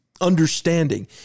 understanding